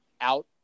out